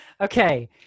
Okay